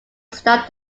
stop